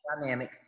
dynamic